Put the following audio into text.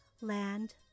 land